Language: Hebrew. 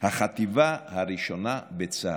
מפקדת החטיבה הראשונה בצה"ל,